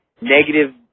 negative